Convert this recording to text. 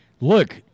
Look